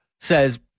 says